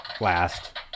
last